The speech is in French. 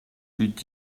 eût